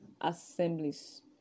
assemblies